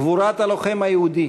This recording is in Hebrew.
גבורת הלוחם היהודי